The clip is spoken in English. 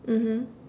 mmhmm